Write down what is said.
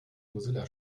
mozilla